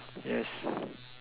yes